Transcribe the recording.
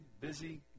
busy